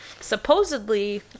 Supposedly